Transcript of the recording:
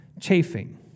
chafing